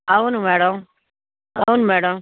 అవును మ్యాడమ్ అవును మ్యాడమ్